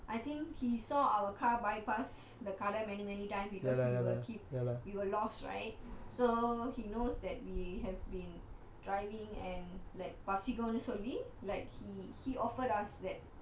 because err I think he saw our car bypass the கடை:kadai many many time because we will keep we were lost right so he knows that we have been driving and like பசிக்கும்னு சொல்லி:pasikumnu solli like he